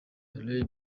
ray